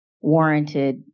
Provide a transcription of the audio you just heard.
warranted